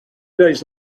days